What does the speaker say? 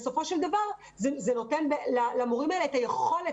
בסופו של דבר, זה נותן למורים האלה את היכולת.